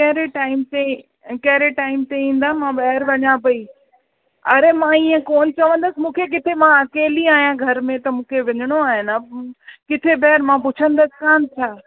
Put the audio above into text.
कहिड़े टाइम ते कहिड़े टाइम ते ईंदा मां ॿाहिरि वञां पई अड़े मां ईअं कोन चंवदसि मूंखे किथे मां अकेली आहियां घर में त मूंखे वञिणो आहे न किथे मां ॿाहिरि पुछंदसि कान छा